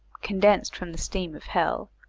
condensed from the steam of hell,